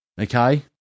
Okay